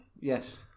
Yes